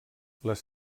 les